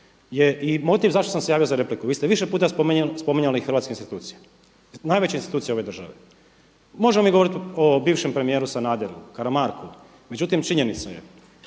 i motiv zašto sam se javio za repliku. Vi ste više puta spominjali hrvatske institucije, najveće institucije ove države. Možemo mi govoriti o bivšem premijeru Sanaderu, Karamarku, međutim činjenica je